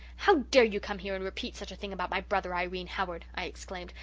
how dare you come here and repeat such a thing about my brother, irene howard i exclaimed.